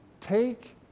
take